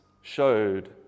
showed